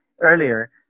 earlier